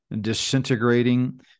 disintegrating